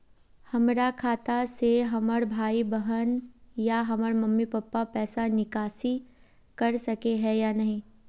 हमरा खाता से हमर भाई बहन या हमर मम्मी पापा पैसा निकासी कर सके है या नहीं?